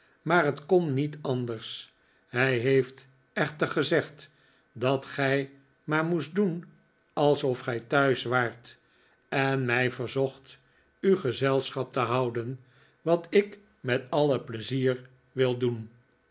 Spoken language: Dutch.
maar het kon niet anders hij heeft echter gezegd dat gij maar moest doen alsof gij thuis waart en mij verzocht u gezelschap te houden wat ik met alle pleizier wil doen